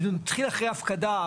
אם זה מתחיל אחרי הפקדה,